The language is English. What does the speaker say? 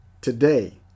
today